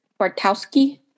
Bartowski